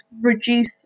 reduce